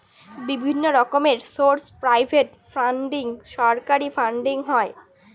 বিভিন্ন রকমের source private funding, সরকারি ফান্ডিং হয়